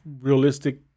realistic